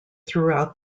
throughout